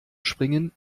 springen